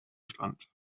stand